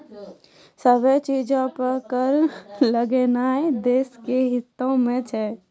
सभ्भे चीजो पे कर लगैनाय देश के हितो मे छै